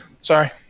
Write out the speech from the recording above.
Sorry